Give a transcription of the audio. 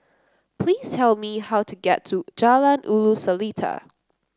please tell me how to get to Jalan Ulu Seletar